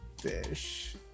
fish